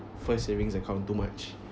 first savings account too much